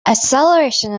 acceleration